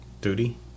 Duty